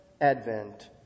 advent